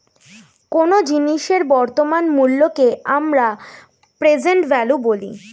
কোনো জিনিসের বর্তমান মূল্যকে আমরা প্রেসেন্ট ভ্যালু বলি